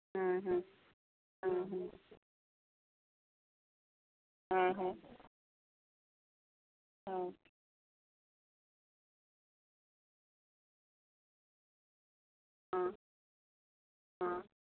ᱦᱮᱸ ᱦᱮᱸ ᱦᱮᱸ ᱦᱮᱸ ᱦᱮᱸ ᱦᱮᱸ ᱦᱮᱸ ᱦᱮᱸ ᱦᱮᱸ